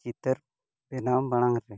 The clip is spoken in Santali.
ᱪᱤᱛᱟᱹᱨ ᱵᱮᱱᱟᱣ ᱢᱟᱲᱟᱝ ᱨᱮ